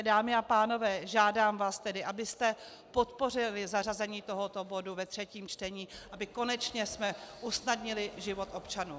Dámy a pánové, žádám vás, abyste podpořili zařazení tohoto bodu ve třetím čtení, abychom konečně usnadnili život občanům.